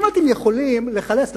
אם אתם יכולים לחלץ,